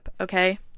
okay